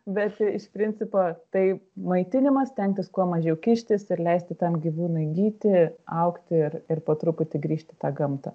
bet iš principo tai maitinimas stengtis kuo mažiau kištis ir leisti tam gyvūnui gyti augti ir ir po truputį grįžti į tą gamtą